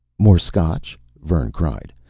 more scotch? vern cried.